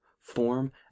form